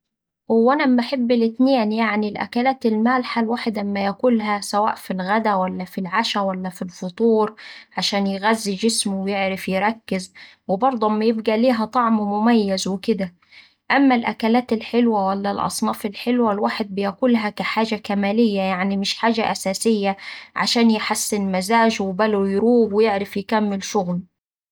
هوا أنا اما أحب الاتنين يعني الأكلات المالحة الواحد أما ياكلها سواء في الغدا ولا في العشا ولا في الفطور عشان يغذي جسمه ويعرف يركز وبرده أما يبقا ليها طعم مميز وكدا. أما الأكلات الحلوة ولا الأصناف الحلوة الواحد بياكلها كحاجة كمالية يعني مش حاجة أساسية عشان يحسن مزاجه وباله يروق ويعرف يكمل شغله.